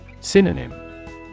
Synonym